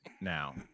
now